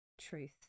truth